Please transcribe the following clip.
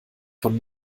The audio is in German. von